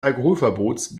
alkoholverbots